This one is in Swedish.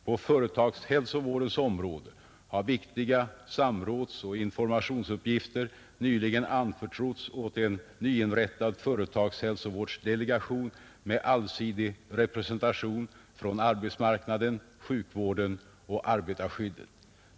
På företagshälsovårdens område har viktiga samrådsoch informationsuppgifter nyligen anförtrotts åt en nyinrättad företagshälsovårdsdelegation med allsidig representation från arbetsmarknaden, sjukvården och arbetarskyddet.